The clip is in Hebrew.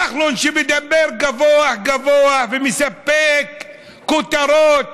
כחלון, שמדבר גבוהה-גבוהה ומספק כותרות,